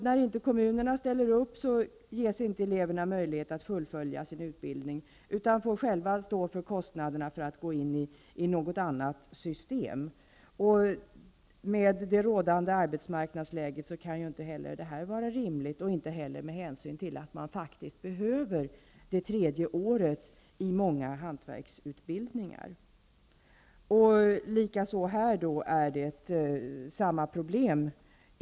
När inte kommunerna ställer upp ges inte eleverna möjlighet att fullfölja sin utbildning, utan får själva stå för kostnaderna för att gå in i något annat system. Med det rådande arbetsmarknadsläget kan detta inte vara rimligt. Det är inte heller rimligt med hänsyn till att eleverna i många hantverksutbildningar faktiskt behöver det tredje året.